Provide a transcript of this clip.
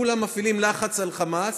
וכולם מפעילים לחץ על "חמאס"